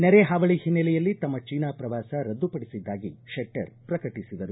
ನೆರೆ ಹಾವಳಿ ಹಿನ್ನೆಲೆಯಲ್ಲಿ ತಮ್ಮ ಚೀನಾ ಪ್ರವಾಸ ರದ್ದು ಪಡಿಸಿದ್ದಾಗಿ ಶೆಟ್ಟರ್ ಪ್ರಕಟಿಸಿದರು